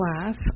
class